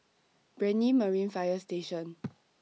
Brani Marine Fire Station